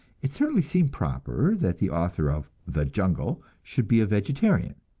it certainly seemed proper that the author of the jungle should be a vegetarian,